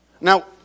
Now